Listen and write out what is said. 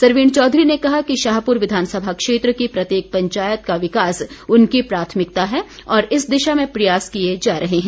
सरवीण चौधरी ने कहा कि शाहपुर विधानसभा क्षेत्र की प्रत्येक पंचायत का विकास उनकी प्राथमिकता है और इस दिशा में प्रयास किए जा रहे हैं